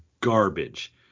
garbage